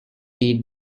eat